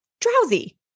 drowsy